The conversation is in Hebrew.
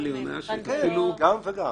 גם וגם.